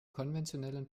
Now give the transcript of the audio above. konventionellen